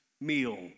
meal